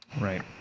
right